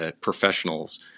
professionals